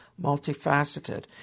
multifaceted